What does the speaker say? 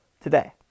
today